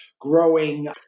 growing